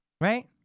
Right